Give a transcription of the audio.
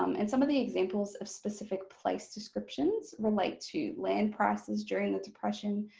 um and some of the examples of specific place descriptions relate to land prices during the depression,